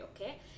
okay